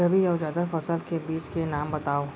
रबि अऊ जादा फसल के बीज के नाम बताव?